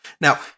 now